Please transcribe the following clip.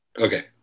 Okay